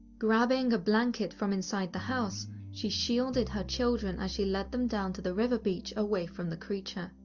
grabbing a blanket from inside the house, she shielded her children as she led them down to the river beach away from the creature.